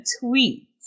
tweet